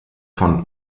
von